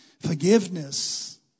Forgiveness